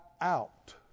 out